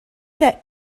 that